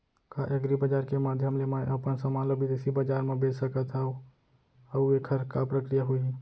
का एग्रीबजार के माधयम ले मैं अपन समान ला बिदेसी बजार मा बेच सकत हव अऊ एखर का प्रक्रिया होही?